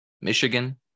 Michigan